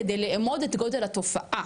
כדי לאמוד את גודל התופעה,